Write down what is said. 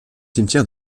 cimetière